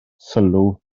sylw